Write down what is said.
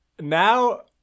now